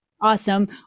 Awesome